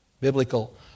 Biblical